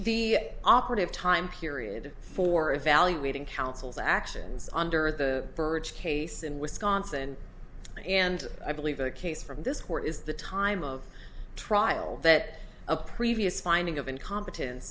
the operative time period for evaluating counsel's actions under the birch case in wisconsin and i believe a case from this court is the time of trial that a previous finding of incompeten